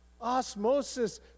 osmosis